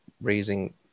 raising